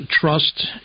trust